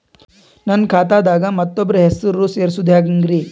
ನನ್ನ ಖಾತಾ ದಾಗ ಮತ್ತೋಬ್ರ ಹೆಸರು ಸೆರಸದು ಹೆಂಗ್ರಿ?